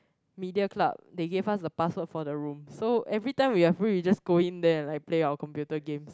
media club they give us the password for the room so everytime we are free we just go in there like play our computer game